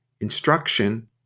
instruction